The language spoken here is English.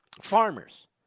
Farmers